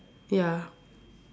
ya